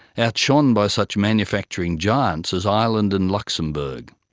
outshone by such manufacturing giants as ireland and luxembourg.